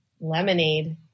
Lemonade